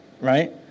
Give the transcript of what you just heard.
right